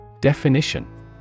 Definition